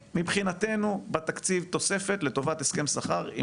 מבחינתנו אין בתקציב תוספת לטובת הסכם שכר עם